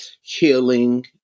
healing